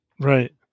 Right